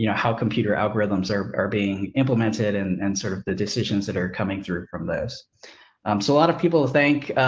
you know how computer algorithms are are being implemented and and sort of the decisions that are coming through from those, um, so a lot of people think,